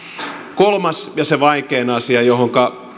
kolmas ja se vaikein asia johonka